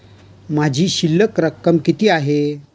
माझी शिल्लक रक्कम किती आहे?